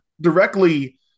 Directly